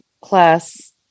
class